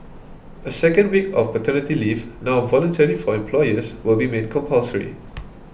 a second week of paternity leave now voluntary for employers will be made compulsory